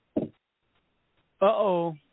Uh-oh